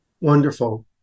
Wonderful